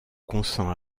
consent